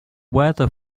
weather